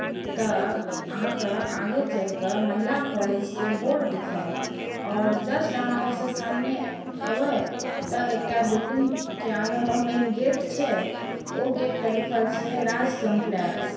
तऽ अहाँकेॅं आगे चलिकऽ महिला कॉलेजके बोर्ड देखत आओर जस्ट अहाँ ओहिसँ सामने एबै तऽ एकटा बिल्डिँगके आगेमे मेन गेट छै ओ गेट पर लिखल छै राज काम्प्लेक्स